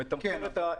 קילומטר.